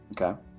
okay